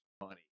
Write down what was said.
money